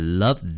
love